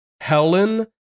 helen